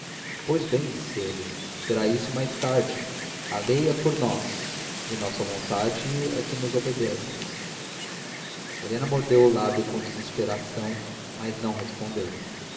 pois bem disse ele será isso mais tarde a lei é por nós e nossa vontade é que nos obedeça helena mordeu o lábio com desesperação mas não respondeu